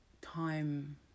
time